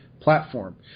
platform